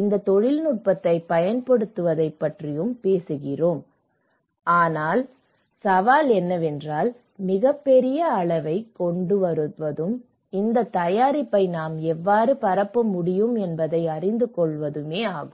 இந்த தொழில்நுட்பத்தைப் பயன்படுத்துவதைப் பற்றியும் பேசுகிறோம் ஆனால் சவால் என்னவென்றால் மிகப் பெரிய அளவைக் கொண்டுவருவதும் இந்த தயாரிப்பை நாம் எவ்வாறு பரப்ப முடியும் என்பதை அறிந்து கொள்வதும் ஆகும்